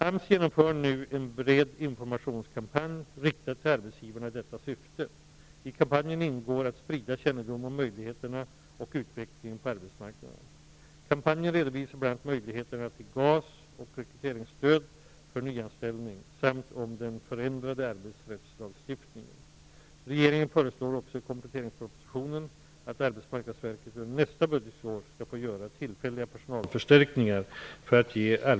AMS genomför nu en bred informationskampanj riktad till arbetsgivarna i detta syfte. I kampanjen ingår att sprida kännedom om möjligheterna och utvecklingen på arbetsmarknaden. Kampanjen redovisar bl.a. möjligheterna till GAS och rekryteringsstöd för nyanställning samt den förändrade arbetsrättslagstiftningen. Regeringen föreslår också i kompletteringspropositionen att Arbetsmarknadsverket under nästa budgetår skall få göra tillfälliga personalförstärkningar för att ge arbetsförmedlingen ökade möjligheter till direktkontakt med företagen.